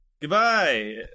Goodbye